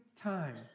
time